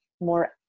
more